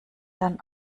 dann